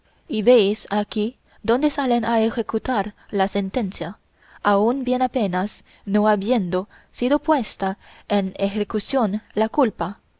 y veis aquí donde salen a ejecutar la sentencia aun bien apenas no habiendo sido puesta en ejecución la culpa